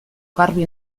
garbi